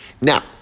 Now